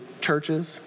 churches